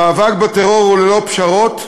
המאבק בטרור הוא ללא פשרות,